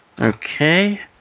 okay